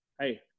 hey